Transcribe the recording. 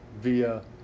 via